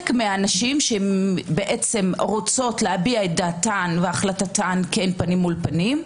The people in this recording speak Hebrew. מהנשים שרוצות להביע דעתן פנים מול פנים,